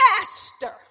master